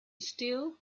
steel